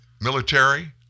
military